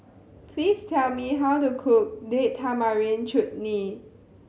please tell me how to cook Date Tamarind Chutney